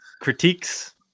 Critiques